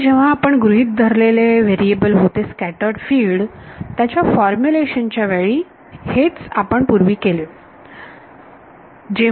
परंतु जेव्हा आपण गृहीत धरलेले चल होते स्कॅटर्ड फिल्ड त्याच्या फॉर्मुलेशन च्या वेळी हेच आपण पूर्वी केले